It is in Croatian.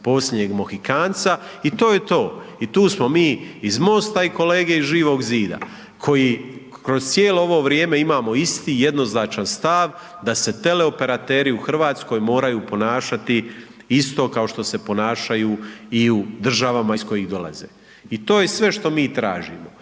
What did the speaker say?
posljednjeg Mohikanca i to je to i tu smo mi iz MOST-a i kolege iz Živog zida koji kroz cijelo ovo vrijeme imamo isti jednoznačan stav da se teleoperateri u RH moraju ponašati isto kao što se ponašaju i u državama iz kojih dolaze. I to je sve što mi tražimo